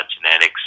genetics